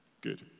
Good